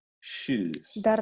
shoes